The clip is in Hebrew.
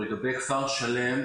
לגבי כפר שלם,